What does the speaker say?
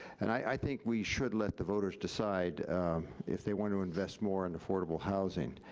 and i think we should let the voters decide if they want to invest more in affordable housing.